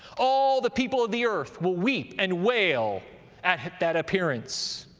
all the people of the earth will weep and wail at that appearance.